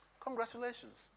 Congratulations